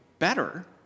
better